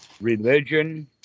religion